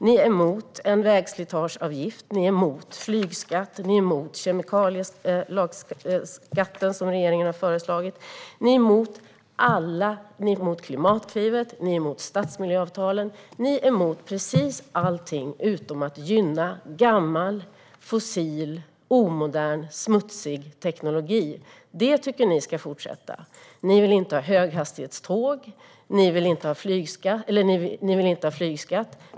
Ni är emot en vägslitageavgift. Ni är emot flygskatt. Ni är emot kemikalieskatten som regeringen har föreslagit. Ni är emot Klimatklivet. Ni är emot stadsmiljöavtalen. Ni är emot precis allt utom att gynna gammal, fossil, omodern och smutsig teknologi. Den tycker ni ska få fortsätta. Ni vill inte ha höghastighetståg. Ni vill inte ha flygskatt.